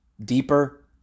deeper